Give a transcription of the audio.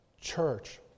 church